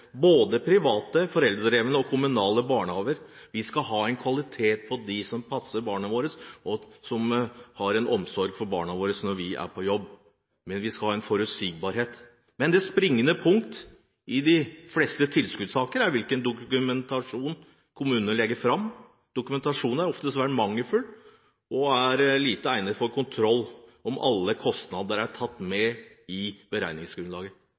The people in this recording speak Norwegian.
både private, foreldredrevne og kommunale barnehager. Vi skal ha kvalitet på dem som passer barna våre, og som har omsorg for barna våre når vi er på jobb. Vi skal ha forutsigbarhet. Men det springende punktet i de fleste tilskuddssaker er hvilken dokumentasjon kommunene legger fram. Dokumentasjonen er ofte svært mangelfull og lite egnet for å kontrollere om alle kostnader er tatt med i beregningsgrunnlaget